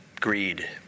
greed